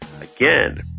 again